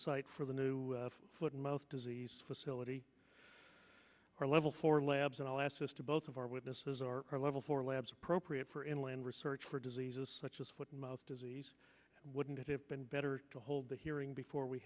site for the new foot in mouth disease facility or level four labs and i'll ask this to both of our witnesses are level four labs appropriate for inland research for diseases such as foot and mouth disease wouldn't it have been better to hold the hearing before we